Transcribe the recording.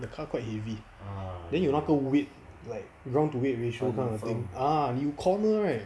the car quite heavy then 有那个 weight like round to weight ratio kind of thing ah you corner right